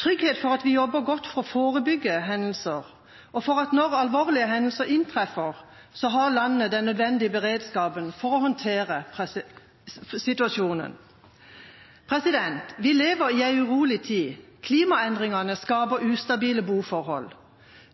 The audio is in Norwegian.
trygghet for at vi jobber godt for å forebygge hendelser, og for at når alvorlige hendelser inntreffer, så har landet den nødvendige beredskapen for å håndtere situasjonen. Vi lever i en urolig tid. Klimaendringene skaper ustabile boforhold.